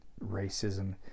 racism